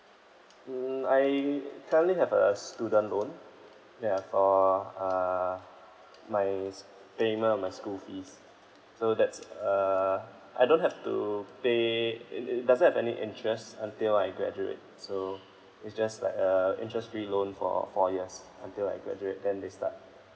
mm I currently have a student loan ya for uh my payments and my school fees so that's uh I don't have to pay it it doesn't have any interest until I graduate so it's just like a interest free loan for four years until I graduate then they start